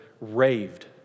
raved